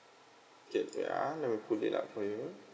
K wait ah let me pull it out for you